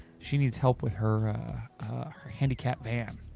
she needs help with her her handicapped van.